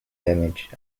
damage